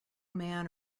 man